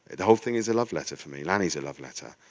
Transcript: the whole thing is a love letter for me, lanny is a love letter.